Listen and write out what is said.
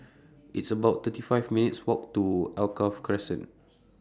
It's about thirty five minutes' Walk to Alkaff Crescent